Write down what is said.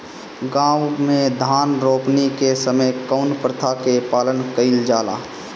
गाँव मे धान रोपनी के समय कउन प्रथा के पालन कइल जाला?